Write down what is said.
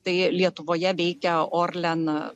tai lietuvoje veikia orlen